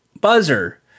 buzzer